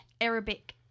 Arabic